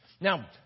Now